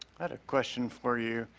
i had a question for you.